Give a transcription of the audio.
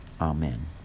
Amen